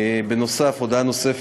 הודעות.